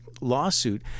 lawsuit